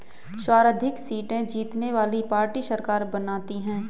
सर्वाधिक सीटें जीतने वाली पार्टी सरकार बनाती है